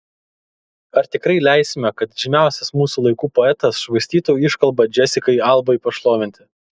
ar tikrai leisime kad žymiausias mūsų laikų poetas švaistytų iškalbą džesikai albai pašlovinti